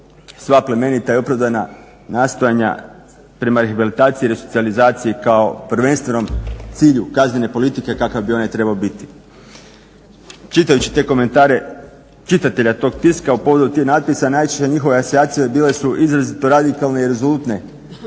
sva plemenita i opravdana nastojanja prema rehabilitaciji i resocijalizaciji kao prvenstvenom cilju kaznene politike kakav bi onaj trebao biti. Čitajući te komentare čitatelja tog tiska u povodu tih natpisa najčešće njihove asocijacije bilo su izrazito radikalne i rezultne